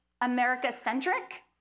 America-centric